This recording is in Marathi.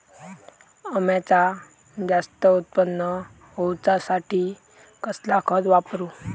अम्याचा जास्त उत्पन्न होवचासाठी कसला खत वापरू?